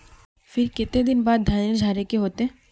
फिर केते दिन बाद धानेर झाड़े के होते?